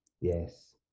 Yes